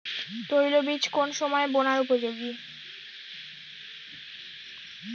তৈলবীজ কোন সময়ে বোনার উপযোগী?